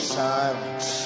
silence